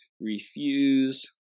refuse